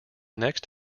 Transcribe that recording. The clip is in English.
next